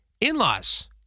in-laws